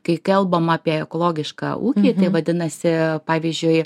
kai kalbam apie ekologišką ūkį tie vadinasi pavyzdžiui